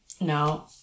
no